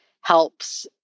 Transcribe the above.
helps